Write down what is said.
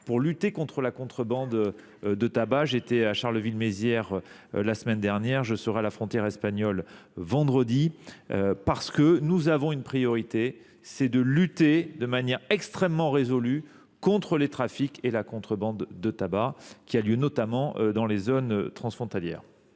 pour lutter contre la contrebande. J’étais à Charleville Mézières la semaine dernière. Je serai à la frontière espagnole vendredi. Notre priorité est de lutter de manière extrêmement résolue contre les trafics et la contrebande de tabac, qui ont lieu notamment dans les zones frontalières.